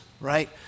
right